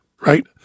right